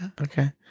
Okay